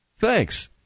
Thanks